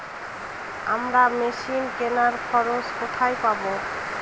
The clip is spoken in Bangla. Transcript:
আমরা মেশিন কেনার খরচা কোথায় পাবো?